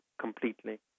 completely